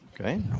okay